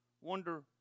wonder